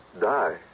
Die